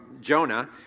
Jonah